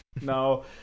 no